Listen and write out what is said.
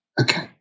Okay